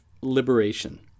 liberation